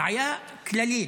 הבעיה כללית.